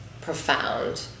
profound